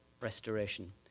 restoration